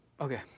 Okay